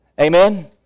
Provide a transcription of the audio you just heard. Amen